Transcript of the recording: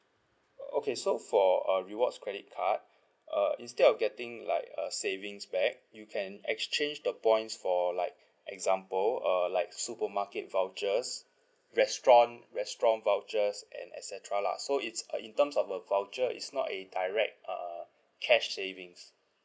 okay so for uh rewards credit card uh instead of getting like uh savings back you can exchange the points for like example uh like supermarket vouchers restaurant restaurant vouchers and et cetera lah so it's uh in terms of a voucher it's not a direct uh cash savings